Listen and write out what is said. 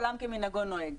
עולם כמנהגו נוהג.